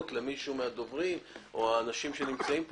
למישהו מהדוברים או מהאנשים שנמצאים פה,